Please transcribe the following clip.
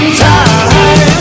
time